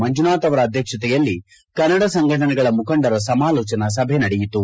ಮಂಜುನಾಥ ಅವರ ಅಧ್ಯಕ್ಷತೆಯಲ್ಲಿ ಕನ್ನಡ ಸಂಘಟನೆಗಳ ಮುಖಂಡರ ಸಮಾಲೋಚನಾ ಸಭೆ ನಡೆಯಿತು